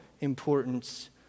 importance